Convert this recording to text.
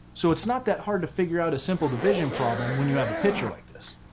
so it's not that hard to figure out a simple division problem when you have a picture like this,